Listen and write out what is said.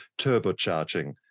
turbocharging